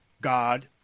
God